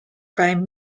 prime